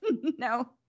No